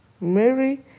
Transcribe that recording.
Mary